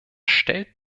stellt